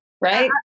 Right